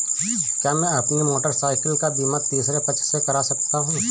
क्या मैं अपनी मोटरसाइकिल का बीमा तीसरे पक्ष से करा सकता हूँ?